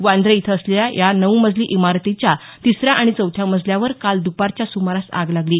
वांद्रे इथं असलेल्या या नऊ मजली इमारतीच्या तिसऱ्या आणि चौथ्या मजल्यावर काल द्रपारच्या सुमारास आग लागली